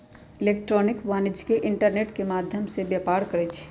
electronic वाणिज्य internet के माध्यम से व्यापार करइ छै